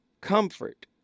comfort